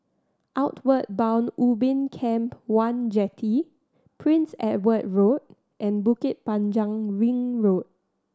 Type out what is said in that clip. Outward Bound Ubin Camp One Jetty Prince Edward Road and Bukit Panjang Ring Road